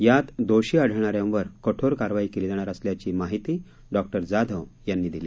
यात दोषी आढळणा यांवर कठोर कारवाई केली जाणार असल्याची माहिती डॉक्टर जाधव यांनी दिली